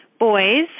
boys